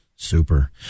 Super